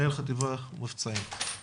מנהל חטיבת מבצעים בבקשה.